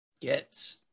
get